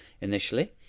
Initially